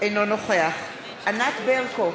אינו נוכח ענת ברקו,